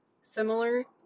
Similar